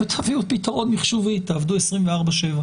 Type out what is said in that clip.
הם אמרו שאם מספר הנדבקים בארץ יהיה גדול,